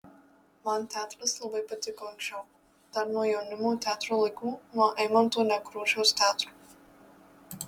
man teatras labai patiko anksčiau dar nuo jaunimo teatro laikų nuo eimunto nekrošiaus teatro